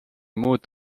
muud